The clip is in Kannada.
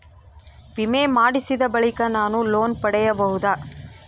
ವಿಮೆ ಮಾಡಿಸಿದ ಬಳಿಕ ನಾನು ಲೋನ್ ಪಡೆಯಬಹುದಾ?